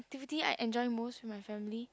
the thing I enjoy most with my family